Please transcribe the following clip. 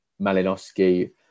Malinowski